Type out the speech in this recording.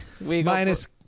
Minus